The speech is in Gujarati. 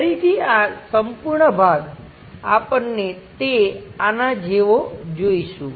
ફરીથી આ સંપૂર્ણ ભાગ આપણને તે આના જેવો જોઈશું